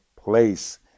place